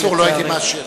אסור, לא הייתי מאשר.